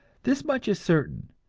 this much is certain,